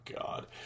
God